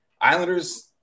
Islanders